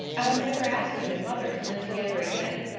i won't ever ask you and mother to live together again.